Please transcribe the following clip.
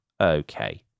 Okay